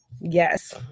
Yes